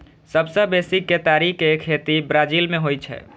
सबसं बेसी केतारी के खेती ब्राजील मे होइ छै